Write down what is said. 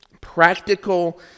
practical